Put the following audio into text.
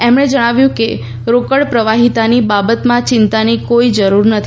એમણે જણાવ્યું કે રોકડ પ્રવાહીતાની બાબતમાં ચિંતાની કોઇ બાબત નથી